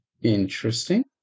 Interesting